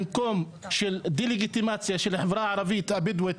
במקום של דה-לגיטימציה של החברה הערבית הבדואית,